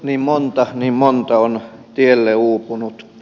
niin monta niin monta on tielle uupunut